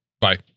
bye